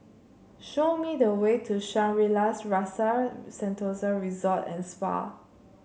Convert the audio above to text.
show me the way to Shangri La's Rasa Sentosa Resort and Spa